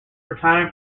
retiring